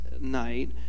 night